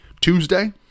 Tuesday